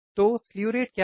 तो slew rate क्या है